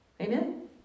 Amen